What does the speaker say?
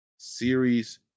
Series